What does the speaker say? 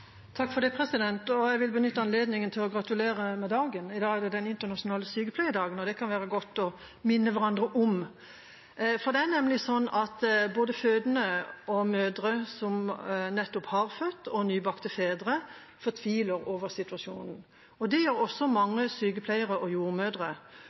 Jeg vil benytte anledningen til å gratulere med dagen. I dag er det den internasjonale sykepleierdagen, og det kan det være godt å minne hverandre om. Det er nemlig sånn at både fødende og mødre som nettopp har født, og nybakte fedre, fortviler over situasjonen. Det gjør også